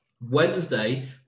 Wednesday